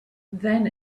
then